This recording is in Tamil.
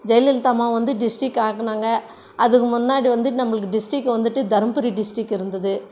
ஜெயலலிதா அம்மா வந்து டிஸ்டிக் ஆக்கினாங்க அதுக்கு முன்னாடி வந்து நம்மளுக்கு டிஸ்டிக் வந்துட்டு தருமபுரி டிஸ்டிக் இருந்தது